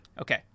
Okay